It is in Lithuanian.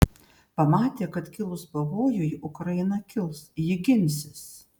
pamatė kad kilus pavojui ukraina kils ji ginsis